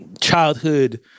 childhood